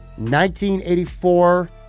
1984